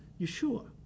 Yeshua